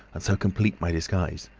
and so complete my disguise.